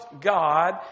God